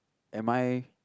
am I